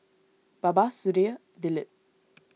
Baba Sudhir Dilip